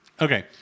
okay